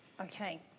Okay